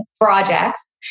projects